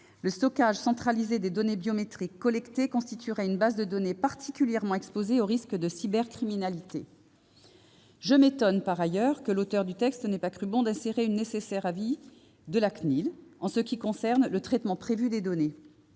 Le stockage centralisé des données biométriques collectées constituerait une base de données particulièrement exposée aux risques de cybercriminalité. Je m'étonne, par ailleurs, que l'auteur du texte n'ait pas cru bon d'insérer le nécessaire avis de la CNIL sur le traitement prévu des données.